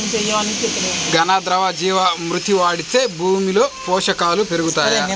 ఘన, ద్రవ జీవా మృతి వాడితే భూమిలో పోషకాలు పెరుగుతాయా?